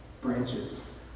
branches